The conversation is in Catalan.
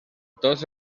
tots